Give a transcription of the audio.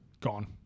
Gone